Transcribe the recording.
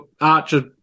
Archer